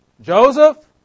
Joseph